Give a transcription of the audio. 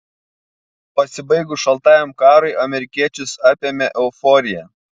pasibaigus šaltajam karui amerikiečius apėmė euforija